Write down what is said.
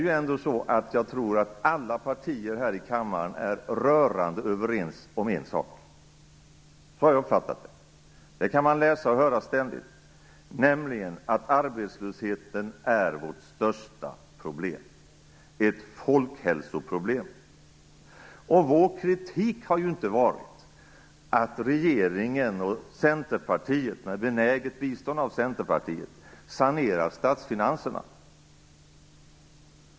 Jag tror att alla partier här i kammaren är rörande överens om en sak. Så har jag uppfattat det. Det kan man läsa och höra ständigt. Det är att arbetslösheten är vårt största problem. Det är ett folkhälsoproblem. Vår kritik har inte varit att regeringen, med benäget bistånd från Centerpartiet, sanerar statsfinanserna.